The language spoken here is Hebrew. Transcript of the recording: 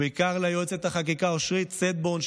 ובעיקר ליועצת החקיקה אורית סטבון,